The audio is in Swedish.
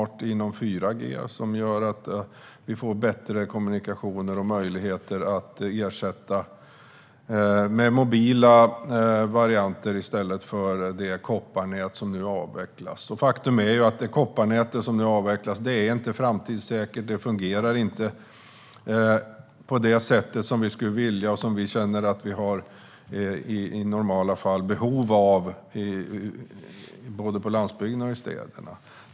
Detta kommer att göra att vi får bättre kommunikationer och möjligheter att ersätta det kopparnät som nu avvecklas med mobila varianter. Faktum är att det kopparnät som avvecklas inte är framtidssäkert. Det fungerar inte på det sätt som vi skulle vilja och som vi känner att vi i normala fall har behov av, både på landsbygden och i städerna.